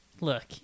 look